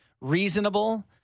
reasonable